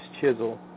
chisel